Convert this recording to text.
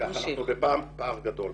אנחנו בפער גדול.